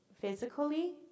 physically